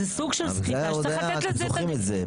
זה סוג של סחיטה שצריך לתת לזה את הדעת,